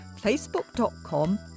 facebook.com